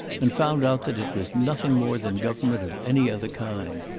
and found out that it was nothing more than government of any other kind.